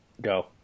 Go